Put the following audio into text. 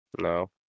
no